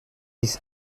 ist